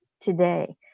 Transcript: today